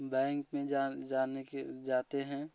bank में जान जाने के जाते हैं